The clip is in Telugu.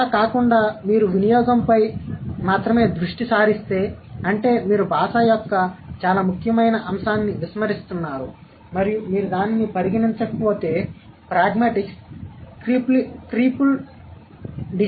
అలా కాకుండా మీరు వినియోగంపై మాత్రమే దృష్టి సారిస్తే అంటే మీరు భాష యొక్క చాలా ముఖ్యమైన అంశాన్ని విస్మరిస్తున్నారు మరియు మీరు దానిని పరిగణించకపోతే ప్రాగ్మాటిక్స్ క్రిప్ప్లీ డిసిప్లిన్ అవుతుంది